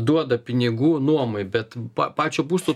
duoda pinigų nuomai bet pa pačio būsto